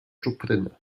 czuprynę